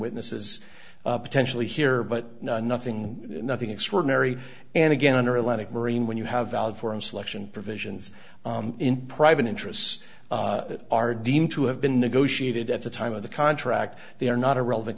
witnesses potentially here but nothing nothing extraordinary and again underlining marine when you have valid foreign selection provisions in private interests that are deemed to have been negotiated at the time of the contract they are not a relevant